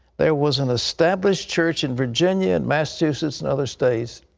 there was an established church in virginia, in massachusetts, and other states,